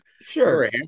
sure